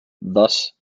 thus